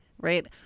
Right